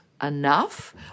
enough